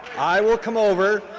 i will come over,